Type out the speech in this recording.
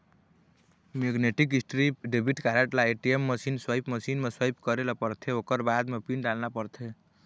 magnetic strip debit card ल ATM machine, swipe machine म swipe करे ल परथे ओखर बाद म पिन डालना परथे